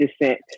descent